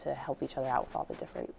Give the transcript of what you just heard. to help each other out for the different